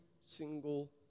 single